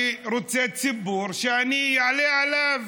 אני רוצה ציבור שאני אעלה עליו.